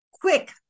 quick